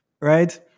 Right